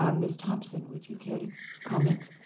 um ms. thompson, would you care to comment.